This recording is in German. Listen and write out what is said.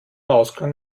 ausgang